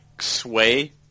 sway